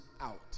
out